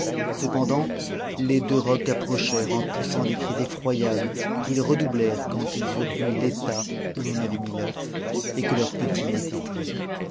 cependant les deux rocs approchèrent en poussant des cris euroyables qu'ils redoublèrent quand ils eurent vu l'état où l'on avait mis t'ceu et que leur petit n'y était plus